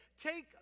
take